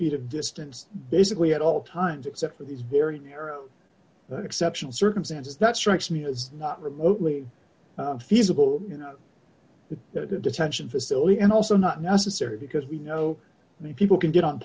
feet of distance basically at all times except for these very exceptional circumstances that strikes me as not remotely feasible you know the detention facility and also not necessary because we know the people can get on